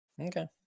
Okay